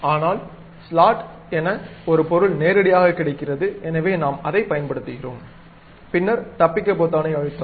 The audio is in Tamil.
ஆனால் ஸ்லாட் என ஒரு பொருள் நேரடியாக கிடைக்கிறது எனவே நாம் அதைப் பயன்படுத்துகிறோம் பின்னர் தப்பிக்க பொத்தானை அழுத்தவும்